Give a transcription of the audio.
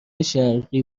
شرقی